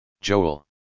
Joel